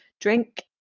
drink